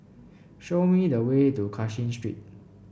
show me the way to Cashin Street